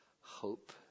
hope